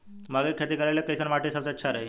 मकई के खेती करेला कैसन माटी सबसे अच्छा रही?